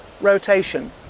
rotation